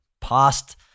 past